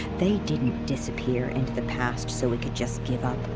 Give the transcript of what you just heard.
they didn't disappear into the past so we could just give up.